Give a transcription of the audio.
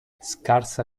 scarsa